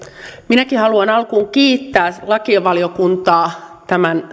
minäkin haluan alkuun kiittää lakivaliokuntaa